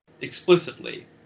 explicitly